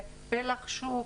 פלח שוק,